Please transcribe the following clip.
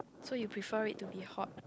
so you prefer it to be hot